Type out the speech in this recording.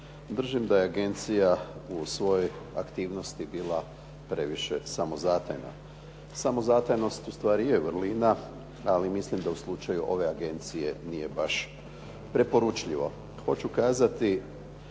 držim da je agencija u svojoj aktivnosti bila previše samozatajna. Samozatajnost ustvari je vrlina, ali mislim da u slučaju ove agencije nije baš preporučljivo.